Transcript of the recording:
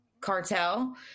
cartel